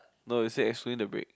no is it extreme to break